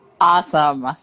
Awesome